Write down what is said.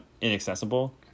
inaccessible